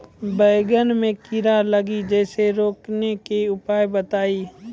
बैंगन मे कीड़ा लागि जैसे रोकने के उपाय बताइए?